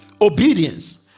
Obedience